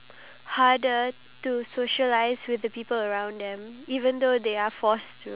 ya like commenting on people's videos like those type of interactions